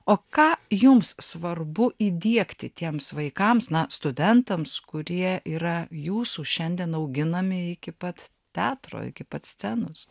o ką jums svarbu įdiegti tiems vaikams na studentams kurie yra jūsų šiandien auginami iki pat teatro iki pat scenos